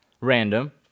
random